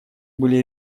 были